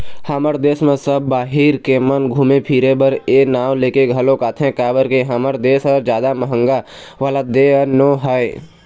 हमर देस म सब बाहिर के मन घुमे फिरे बर ए नांव लेके घलोक आथे काबर के हमर देस ह जादा महंगा वाला देय नोहय